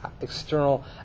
external